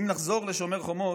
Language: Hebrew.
אם נחזור לשומר חומות,